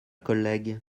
collègue